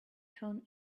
turn